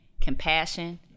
compassion